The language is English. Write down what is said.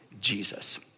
Jesus